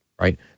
Right